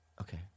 Okay